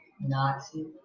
Nazi